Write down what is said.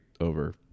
over